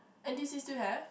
n_t_u_c still have